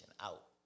out